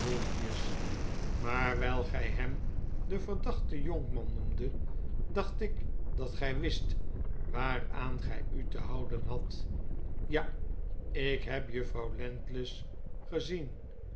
maar wgl gij hem den verdachten jonkman noemdet dacht ik dat gij wist waaraan gij u te houden hadt ja ikhebjuffrouw landless gezien